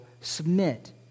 Submit